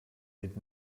did